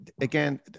again